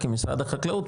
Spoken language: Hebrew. כי משרד החקלאות,